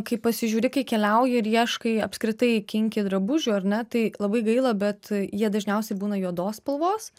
kai pasižiūri kai keliauji ir ieškai apskritai kinki drabužių ar ne tai labai gaila bet jie dažniausiai būna juodos spalvos